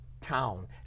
town